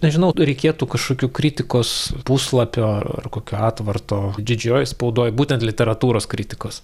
nežinau reikėtų kažkokių kritikos puslapio ar kokio atvarto didžiojoj spaudoj būtent literatūros kritikos